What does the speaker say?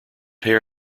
hair